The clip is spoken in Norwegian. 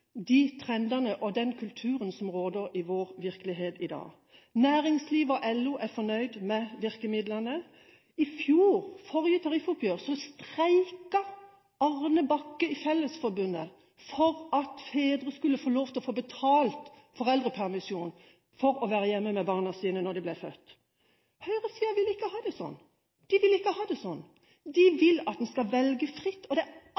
de trendene og den kulturen som råder i vår virkelighet i dag. Næringslivet og LO er fornøyd med virkemidlene. I fjor, under forrige tariffoppgjør, streiket Arne Bakke i Fellesforbundet for at fedre skulle få lov til å få betalt foreldrepermisjon for å være hjemme med barna sine når de ble født. Høyresiden ville ikke ha det sånn. De vil ikke ha det sånn, de vil at en skal velge fritt. Det er